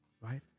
right